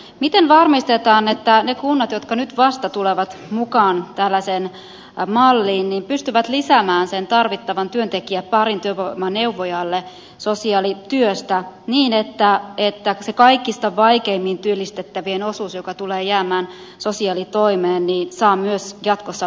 miten varmistetaan että ne kunnat jotka nyt vasta tulevat mukaan tällaiseen malliin pystyvät lisäämään sen tarvittavan työntekijäparin työvoimaneuvojalle sosiaalityöstä niin että se kaikista vaikeimmin työllistettävien osuus joka tulee jäämään sosiaalitoimeen saa myös jatkossa palvelun